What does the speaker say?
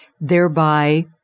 thereby